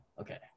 Okay